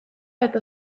eta